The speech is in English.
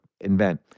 invent